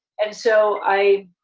and so i'm,